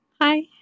hi